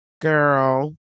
Girl